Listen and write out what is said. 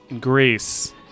Greece